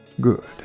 Good